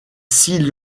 six